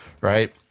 Right